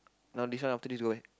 now this one after this go where